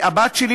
הבת שלי,